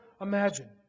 imagine